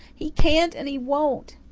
he can't and he won't.